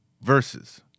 verses